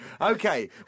okay